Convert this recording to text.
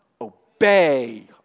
Obey